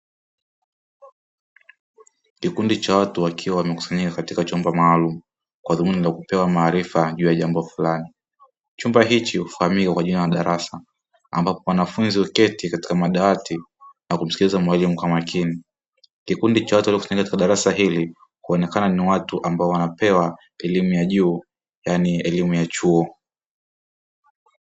Kikundi cha watu wakiwa wamekusanyia katika chombo maalum kwa dhumuni la kupewa maarifa juu ya jambo fulani chumba hichi ufahamika kwa jina la darasa ambapo wanafunzi uketi katika madawati na kumskiliza mwalimu kwa makini, kikundi cha watu waliokusanyika katika darasa hili kuonekana ni watu ambao wanapewa elimu ya juu yaani elimu ya chuo.